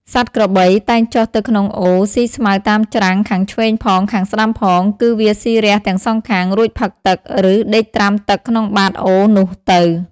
សត្វក្របី តែងចុះទៅក្នុងអូរស៊ីស្មៅតាមច្រាំងខាងឆ្វេងផង ខាងស្ដាំផង គឺវាស៊ីរះទាំងសងខាង រួចផឹកទឹក ឬដេកត្រាំទឹកក្នុងបាតអូរនោះទៅ ។